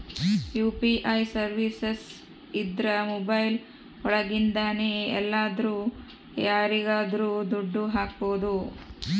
UPI services ಇದ್ರ mobile ಒಳಗಿಂದನೆ ಎಲ್ಲಾದ್ರೂ ಯಾರಿಗಾದ್ರೂ ದುಡ್ಡು ಹಕ್ಬೋದು